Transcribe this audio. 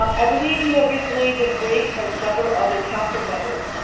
um i believe you have recently been briefed by several other councilmembers,